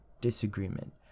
disagreement